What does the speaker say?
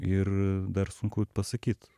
ir dar sunku pasakyt